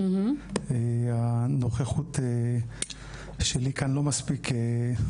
הנוכחות שלי כאן לא מספיקה.